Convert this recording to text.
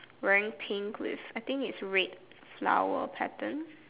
wearing pink with I think it's red flower pattern